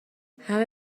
همه